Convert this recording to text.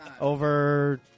Over